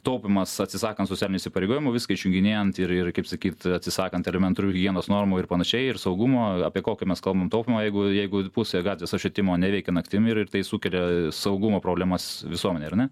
taupymas atsisakant socialinių įsipareigojimų viską išjunginėjant ir ir kaip sakyt atsisakant elementarių higienos normų ir panašiai ir saugumo apie kokį mes kalbam taupymą jeigu jeigu pusė gatvės apšvietimo neveikia naktim ir ir tai sukelia saugumo problemas visuomenei ar ne